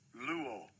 Luo